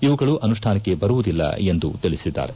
ಇವುಗಳು ಅನುಷ್ಠಾನಕ್ಕೆ ಬರುವುದಿಲ್ಲ ಎಂದು ಅವರು ತಿಳಿಸಿದ್ದಾರೆ